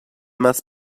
must